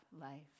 life